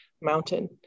mountain